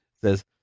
says